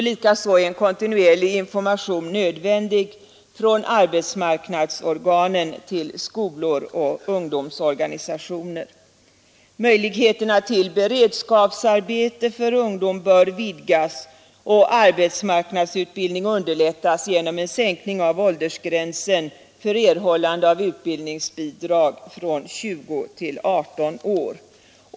Likaså är en kontinuerlig information nödvändig från arbetsmarknadsorganen till skolor och ungdomsorganisationer. Möjligheterna till beredskapsarbete för ungdom bör vidgas och arbetsmarknadsutbildning underlättas genom en sänkning av åldersgränsen för erhållande av utbildningsbidrag från 20 till 18 år.